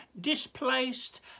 displaced